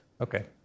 Okay